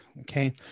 okay